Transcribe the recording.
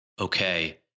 okay